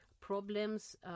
problems